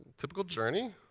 typical journey.